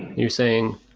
you're saying,